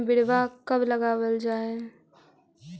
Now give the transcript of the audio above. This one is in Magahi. मिट्टी में बिरवा कब लगावल जा हई?